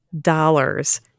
dollars